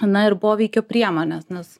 na ir poveikio priemonės nes